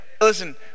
listen